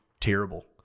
terrible